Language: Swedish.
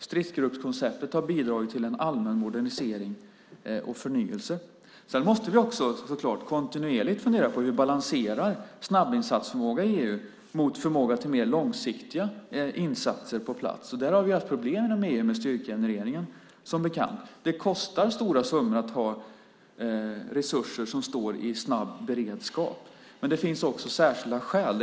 Stridsgruppskonceptet har bidragit till en allmän modernisering och förnyelse. Vi måste också kontinuerligt fundera på hur vi balanserar snabbinsatsförmåga inom EU mot förmåga till mer långsiktiga insatser på plats. Där har vi som bekant haft problem inom EU med styrkegenereringen. Det kostar stora summor att ha resurser som står i snabb beredskap. Men det finns också särskilda skäl.